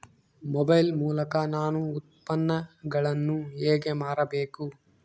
Mobile ಮೂಲಕ ನಾನು ಉತ್ಪನ್ನಗಳನ್ನು ಹೇಗೆ ಮಾರಬೇಕು?